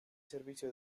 servicio